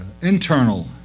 internal